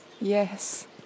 Yes